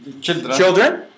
Children